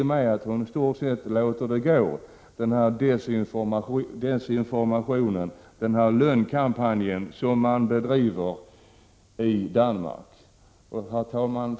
Hon låter i stort sett desinformationen fortgå, den lögnkampanj som man bedriver i Danmark. Herr talman!